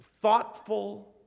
thoughtful